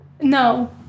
no